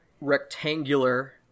rectangular